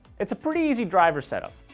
it's a pretty easy driver setup.